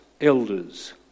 elders